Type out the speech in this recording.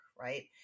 right